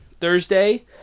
Thursday